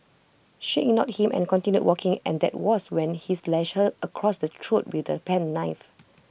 she ignored him and continued walking and that was when he slashed her across the throat with the penknife